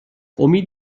امید